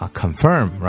confirm